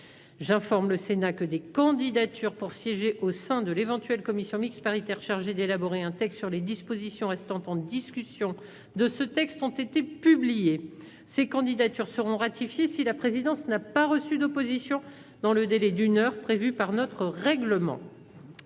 J'informe le Sénat que des candidatures pour siéger au sein de l'éventuelle commission mixte paritaire chargée d'élaborer un texte sur les dispositions restant en discussion de cette proposition de loi ont été publiées. Ces candidatures seront ratifiées si la présidence n'a pas reçu d'opposition dans le délai d'une heure prévu par notre règlement.